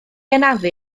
anafu